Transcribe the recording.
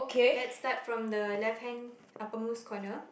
let's start from the left hand uppermost corner